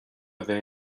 bheith